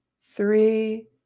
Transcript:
three